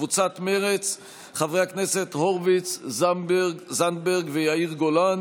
חמד עמאר ואלכס קושניר,